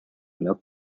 milk